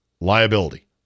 liability